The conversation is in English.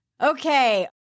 Okay